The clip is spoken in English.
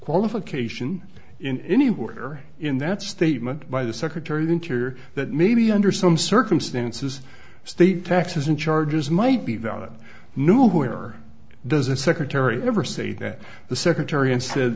qualification in anywhere in that statement by the secretary of interior that maybe under some circumstances state taxes and charges might be valid nowhere does a secretary ever say that the secretary instead